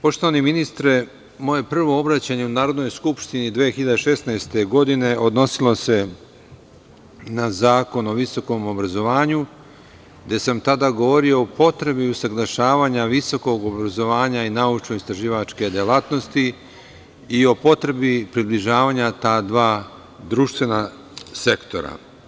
Poštovani ministre, moje prvo obraćanje u Narodnoj skupštini 2016. godine, odnosilo se na Zakon o visokom obrazovanju, gde sam tada govorio o potrebi usaglašavanja visokog obrazovanja i naučno-istraživačke delatnosti i o potrebi približavanja ta dva društvena sektora.